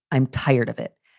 i'm tired of it.